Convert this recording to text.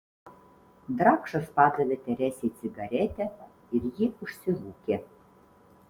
drakšas padavė teresei cigaretę ir ji užsirūkė